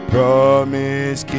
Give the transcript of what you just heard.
Promise